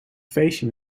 feestje